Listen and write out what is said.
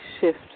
shift